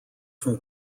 from